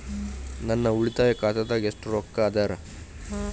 ನನ್ನ ಉಳಿತಾಯ ಖಾತಾದಾಗ ಎಷ್ಟ ರೊಕ್ಕ ಅದ ರೇ?